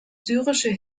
syrische